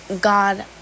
God